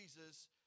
Jesus